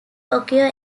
occur